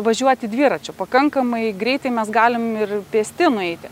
važiuoti dviračiu pakankamai greitai mes galim ir pėsti nueiti